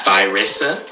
Virissa